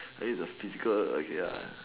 that is a physical okay